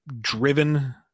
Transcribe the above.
driven